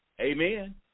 Amen